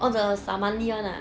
or the somali [one] ah